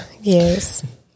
Yes